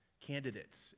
candidates